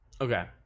Okay